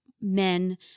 men